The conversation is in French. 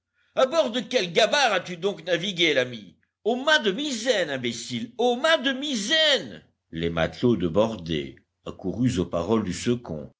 bord de quelle gabare as-tu donc navigué l'ami au mât de misaine imbécile au mât de misaine les matelots de bordée accourus aux paroles du second